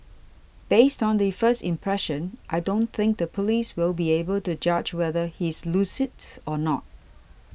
based on the first impression I don't think the police will be able to judge whether he's lucid or not